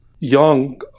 young